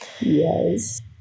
Yes